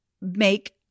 make